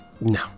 No